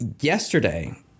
Yesterday